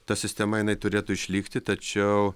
ta sistema jinai turėtų išlikti tačiau